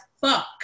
fuck